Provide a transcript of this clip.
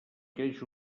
creix